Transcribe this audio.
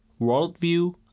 worldview